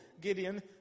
Gideon